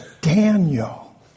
Daniel